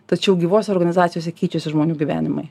tačiau gyvose organizacijose keičiasi žmonių gyvenimai